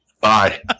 Bye